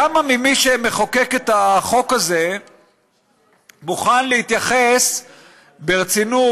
כמה ממי שמחוקקים את החוק הזה מוכנים להתייחס ברצינות